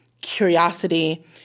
curiosity